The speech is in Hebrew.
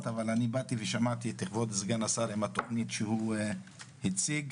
באתי לשמוע את סגן השרה בתוכנית שהוא הציג.